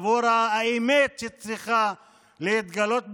עבור האמת שצריכה להתגלות בהמשך.